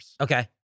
Okay